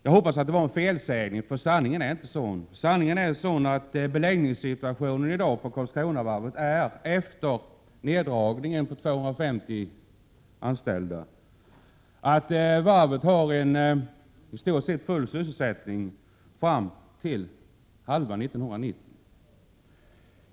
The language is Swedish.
Jag hoppas att det var en felsägning. Sanningen är att beläggningssituationen i dag på Karlskronavarvet är — efter neddragningen avseende 250 anställda — att varvet har i stort sett full sysselsättning fram till halva 1990.